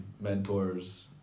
mentors